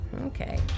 Okay